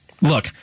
Look